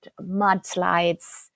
mudslides